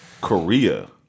Korea